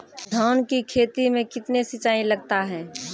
धान की खेती मे कितने सिंचाई लगता है?